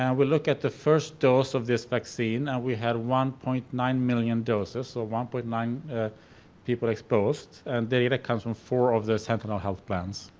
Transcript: and we'll look at the first dose of this vaccine and we had one point nine million doses so one point nine people exposed. and data comes from four of the sentinel health plans.